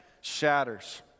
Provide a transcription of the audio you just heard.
Shatters